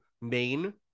main